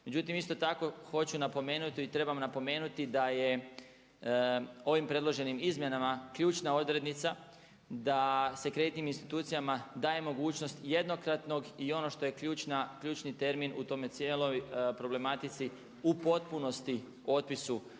Međutim isto tako hoću i trebam napomenuti da je ovim predloženim izmjenama ključna odrednica da se kreditnim institucijama daje mogućnost jednokratnog i ono što je ključni termin u toj cijeloj problematici u potpunosti otpisu njihovu